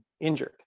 injured